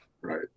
right